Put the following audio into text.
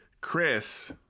Chris